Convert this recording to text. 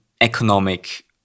economic